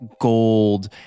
gold